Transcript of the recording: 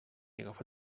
agafar